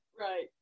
Right